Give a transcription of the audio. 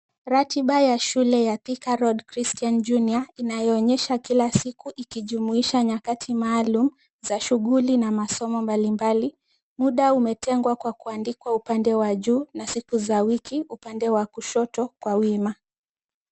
Ratiba ya shule ya Thika Road Christian Junior, inayoonyesha kila siku ikijumuisha nyakati maalum za shughuli na masomo mbali mbali, muda umetengwa kwa kwandikwa upande wa juu na siku za wiki upande wa kushoto kwa wima.